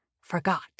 forgot